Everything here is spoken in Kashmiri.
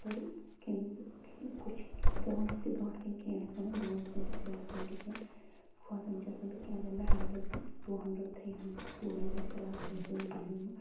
خبر کیٚمۍ کُچھ کٲنٛسہٕ تہِ برونٹھٕ کٔنۍ کینٛہہ آسہِ ونُن بہٕ ونہٕ کٲنٛسہِ برونٹھٕ کٔنۍ تہِ کینٛہہ کھۄژان چھَس نہِ بہٕ کینٛہہ اگر مےٚ hundred two hundred three hundred سِٹوڈنٹن کلاس آسہِ دِیُن بہٕ دِمہٕ